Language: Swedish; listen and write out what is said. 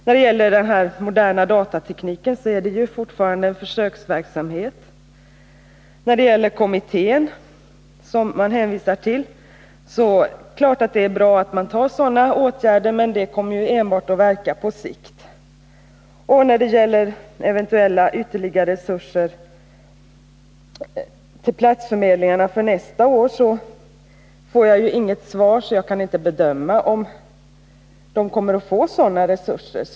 När det gäller den moderna datatekniken är det ju fortfarande en försöksverksamhet. Vad beträffar den kommitté som det hänvisas till är det självfallet bra att man vidtar sådana åtgärder, men de kommer ju enbart att verka på sikt. Vad angår frågan om eventuellt ytterligare resurser till platsförmedlingarna för nästa år får jag inget svar, varför jag inte kan bedöma om de kommer att få sådana resurser.